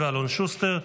אלון שוסטר,